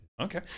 Okay